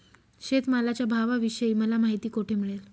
शेतमालाच्या भावाविषयी मला माहिती कोठे मिळेल?